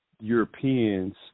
Europeans